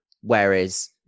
whereas